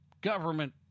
government